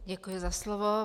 Děkuji za slovo.